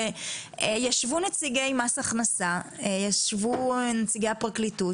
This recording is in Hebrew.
ישבו נציגי מס הכנסה וישבו נציגי הפרקליטות